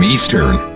Eastern